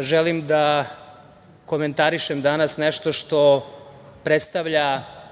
želim da komentarišem danas nešto što predstavlja